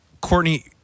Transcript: Courtney